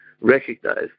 recognize